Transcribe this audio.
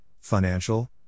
financial